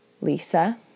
Lisa